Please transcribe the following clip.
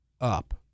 up